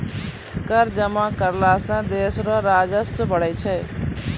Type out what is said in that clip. कर जमा करला सं देस रो राजस्व बढ़ै छै